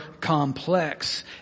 complex